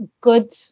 good